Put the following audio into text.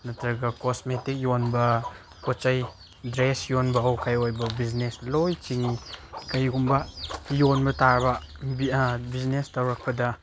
ꯅꯠꯇ꯭ꯔꯒ ꯀꯣꯁꯃꯦꯇꯤꯛ ꯌꯣꯟꯕ ꯄꯣꯠ ꯆꯩ ꯗ꯭ꯔꯦꯁ ꯌꯣꯟꯕ ꯍꯣꯏ ꯀꯩ ꯑꯣꯏꯕ ꯕꯤꯖꯤꯅꯦꯁ ꯂꯣꯏꯅ ꯆꯤꯡꯏ ꯀꯩꯒꯨꯝꯕ ꯌꯣꯟꯕ ꯇꯥꯔꯕ ꯕꯤꯖꯤꯅꯦꯁ ꯇꯧꯔꯛꯄꯗ